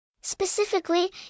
Specifically